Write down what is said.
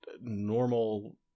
normal